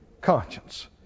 conscience